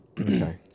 Okay